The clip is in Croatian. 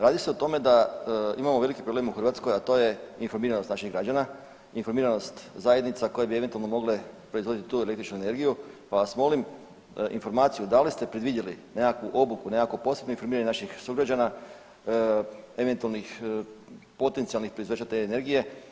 Radi se o tome da imamo veliki problem u Hrvatskoj, a to je informiranost naših građana, informiranost zajednica koje bi eventualno mogle proizvoditi tu električnu energiju, pa vas molim informaciju da li ste predvidjeli nekakvu obuku, nekakvo posebno informiranje naših sugrađana, eventualnih potencijalnih proizvođača te energije.